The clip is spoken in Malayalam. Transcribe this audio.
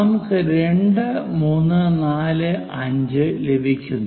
നമുക്ക് 2 3 4 5 ലഭിക്കുന്നു